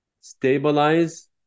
Stabilize